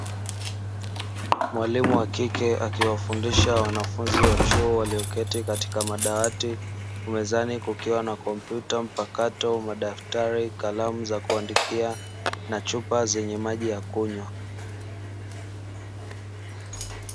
Mwalimu wa kike akiwafundisha wanafunzi wa chuo walioketi katika madawati, mezani kukiwa na: kompyuta mpakato, madaftari, kalamu za kuandikia na chupa zenye maji ya kunywa.